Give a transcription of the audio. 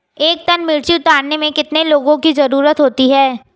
एक टन मिर्ची उतारने में कितने लोगों की ज़रुरत होती है?